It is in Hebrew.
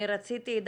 אני רציתי,